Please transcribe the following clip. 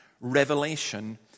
revelation